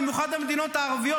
במיוחד במדינות הערביות,